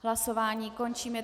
Hlasování končím.